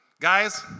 Guys